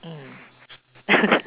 mm